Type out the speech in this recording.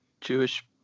Jewish